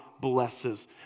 blesses